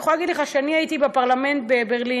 אני יכולה להגיד לך שאני הייתי בפרלמנט בברלין,